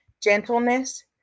gentleness